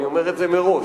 אני אומר את זה מראש.